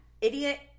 idiot